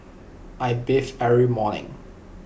I bathe every morning